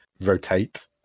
rotate